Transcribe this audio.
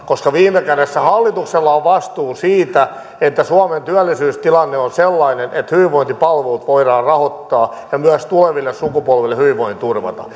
koska viime kädessä hallituksella on vastuu siitä että suomen työllisyystilanne on sellainen että hyvinvointipalvelut voidaan rahoittaa ja myös tuleville sukupolville hyvinvointi turvata